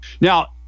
Now